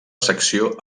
secció